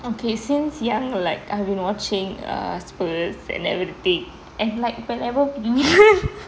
okay since young like I've been watching uh spurs and everything and like whenever we lose